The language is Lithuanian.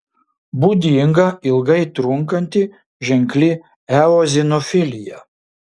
būdinga ilgai trunkanti ženkli eozinofilija